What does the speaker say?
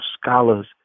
scholars